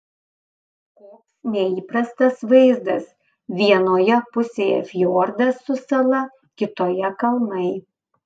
koks neįprastas vaizdas vienoje pusėje fjordas su sala kitoje kalnai